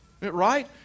Right